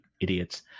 idiots